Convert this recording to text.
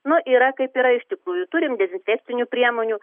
nu yra kaip yra iš tikrųjų turim dezinfekcinių priemonių